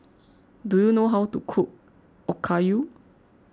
do you know how to cook Okayu